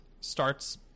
starts